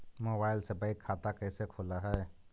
Mobile से bank खाता कैसे खुल है?